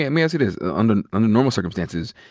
yeah me ask you this. under and normal circumstances,